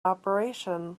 operation